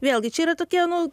vėlgi čia yra tokia nu